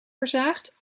verzaagt